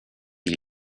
die